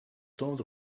storms